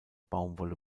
baumwolle